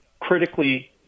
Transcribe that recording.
critically